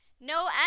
No